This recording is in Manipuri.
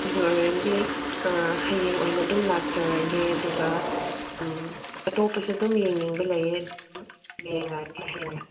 ꯑꯗꯨ ꯑꯣꯏꯔꯗꯤ ꯍꯌꯦꯡ ꯑꯣꯏꯅ ꯑꯗꯨꯝ ꯂꯥꯛꯆꯔꯒꯦ ꯑꯗꯨꯒ ꯑꯇꯣꯞꯄꯁꯨ ꯑꯗꯨꯝ ꯌꯦꯡꯅꯤꯡꯕ ꯂꯩꯌꯦ ꯑꯗꯨꯝ ꯌꯦꯡꯉꯒꯦ ꯍꯌꯦꯡ